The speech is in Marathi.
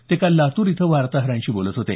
ते काल लातूर इथं वातोहरांशी बोलत होते